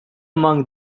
among